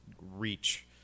reach